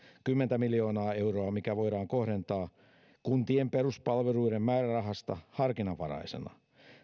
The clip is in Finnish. kymmentä miljoonaa euroa mikä voidaan kohdentaa kuntien peruspalveluiden määrärahasta harkinnanvaraisena